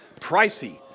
pricey